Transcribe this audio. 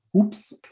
Oops